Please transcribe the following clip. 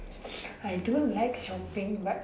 I don't like shopping but